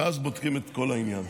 ואז בודקים את כל העניין.